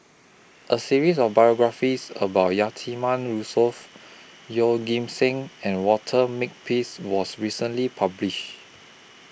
A series of biographies about Yatiman Yusof Yeoh Ghim Seng and Walter Makepeace was recently published